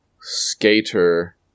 Skater